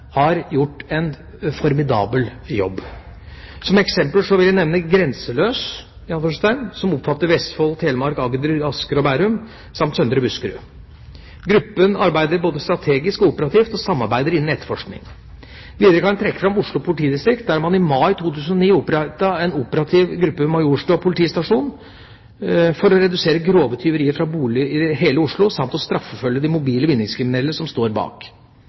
har gjort en formidabel jobb. Som eksempel kan nevnes samarbeidsprosjektet «Grenseløs» som omfatter Vestfold, Telemark, Agder, Asker og Bærum samt Søndre Buskerud. Gruppa arbeider både strategisk og operativt og samarbeider innen etterforskning. Videre kan jeg trekke fram Oslo politidistrikt, der man i mai 2009 opprettet en operativ gruppe ved Majorstua politistasjon for å redusere grove tyverier fra boliger i hele Oslo samt å straffeforfølge de mobile vinningskriminelle som står bak.